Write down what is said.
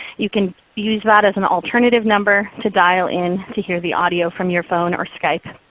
you can use that as an alternative number to dial in to hear the audio from your phone or skype.